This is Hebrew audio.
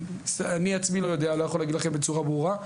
אני עצמי לא יודע, לא יכול להגיד לכם בצורה ברורה,